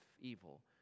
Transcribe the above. evil